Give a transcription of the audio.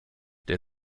der